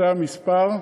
זה המספר,